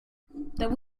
that